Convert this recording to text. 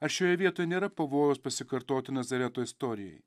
ar šioje vietoj nėra pavojaus pasikartoti nazareto istorijai